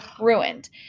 ruined